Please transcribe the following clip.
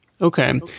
Okay